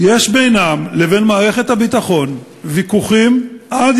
יש בינם לבין מערכת הביטחון ויכוחים עד